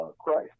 Christ